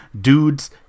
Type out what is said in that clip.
dudes